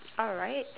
alright